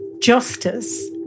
justice